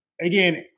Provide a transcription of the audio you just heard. again